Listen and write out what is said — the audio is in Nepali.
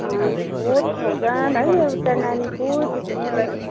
फोर थाउजन है एउटा नानीको त्यत्रो